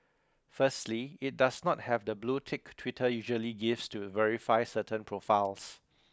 firstly it does not have the blue tick Twitter usually gives to verify certain profiles